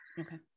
Okay